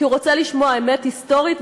כי הוא רוצה לשמוע אמת היסטורית,